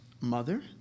mother